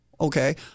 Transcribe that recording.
okay